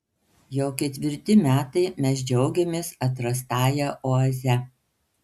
jau ketvirti metai mes džiaugiamės atrastąja oaze